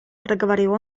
проговорил